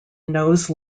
nose